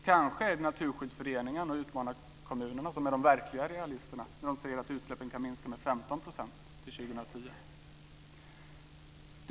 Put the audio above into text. Kanske är det Naturskyddsföreningen och utmanarkommunerna som är de verkliga realisterna när de säger att utsläppen kan minska med 15 % till 2010.